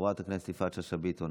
חברת הכנסת יפעת שאשא ביטון,